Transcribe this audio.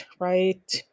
right